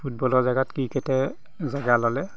ফুটবলৰ জেগাত ক্ৰিকেটে জেগা ল'লে